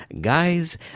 Guys